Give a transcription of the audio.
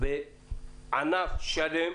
אנו בענף שלם,